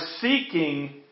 seeking